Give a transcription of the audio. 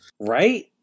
Right